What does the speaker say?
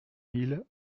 mille